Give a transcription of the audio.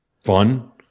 fun